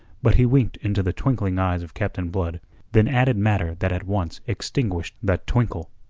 but he winked into the twinkling eyes of captain blood then added matter that at once extinguished that twinkle.